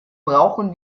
brauchen